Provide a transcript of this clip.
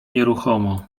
nieruchomo